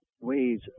ways